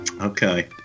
okay